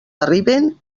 arriben